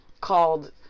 called